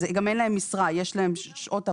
אז גם אין להם משרה, יש להם שעות עבודה.